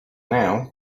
now